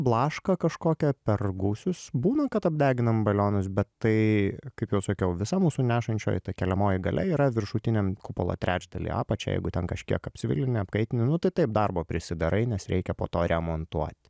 blašką kažkokią per gūsius būna kad apdeginam balionus bet tai kaip jau sakiau visa mūsų nešančioji ta keliamoji galia yra viršutiniam kupolo trečdalyje apačią jeigu ten kažkiek apsvilini apkaitini nu tai taip darbo prisidarai nes reikia po to remontuot